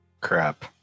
Crap